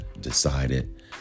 decided